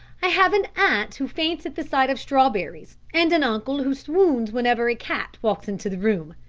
i have an aunt who faints at the sight of strawberries, and an uncle who swoons whenever a cat walks into the room.